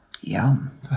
Yum